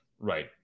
Right